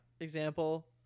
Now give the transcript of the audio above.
Example